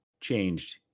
changed